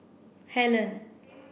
Helen